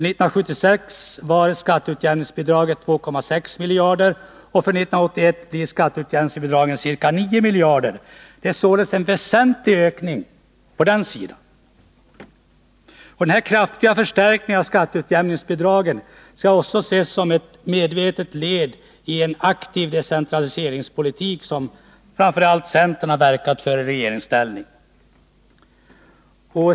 1976 var de 2,6 miljarder kronor och för 1981 blir de ca 9 miljarder kronor.